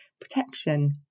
protection